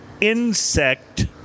insect